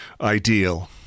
ideal